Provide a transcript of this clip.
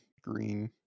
green